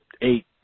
eight